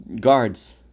guards